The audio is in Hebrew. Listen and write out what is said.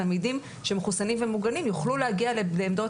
תלמידים שמחוסנים ומוגנים יוכלו להגיע לעמדות